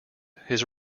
his